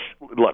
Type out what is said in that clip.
look